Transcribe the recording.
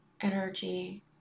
energy